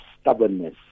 stubbornness